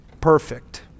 perfect